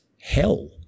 hell